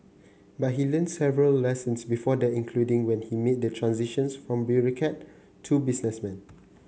but he learnt several lessons before that including when he made the transition from bureaucrat to businessman